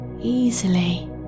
easily